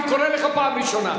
אני קורא לך פעם ראשונה.